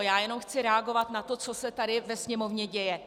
Já jenom chci reagovat na to, co se tady ve Sněmovně děje.